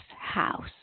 house